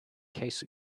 case